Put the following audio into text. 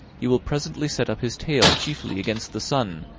he will presently set up his tail chiefly against the sun,